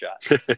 shot